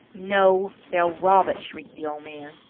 no! they'll rob us! shrieked the old man.